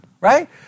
right